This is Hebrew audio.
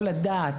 לא לדעת,